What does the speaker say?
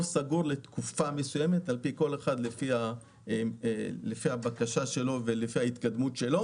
סגור לתקופה מסוימת כל אחד לפי הבקשה שלו וההתקדמות שלו